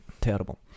Terrible